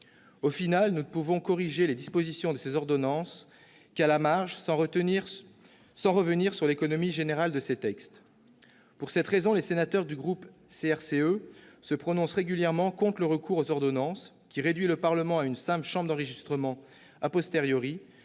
Au final, nous ne pouvons corriger les dispositions de ces ordonnances qu'à la marge, sans revenir sur l'économie générale de ces textes. Pour cette raison, les sénateurs du groupe CRCE se prononcent régulièrement contre le recours aux ordonnances qui réduit le Parlement à une simple chambre d'enregistrement, puisque